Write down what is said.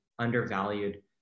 undervalued